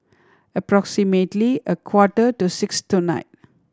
approximately a quarter to six tonight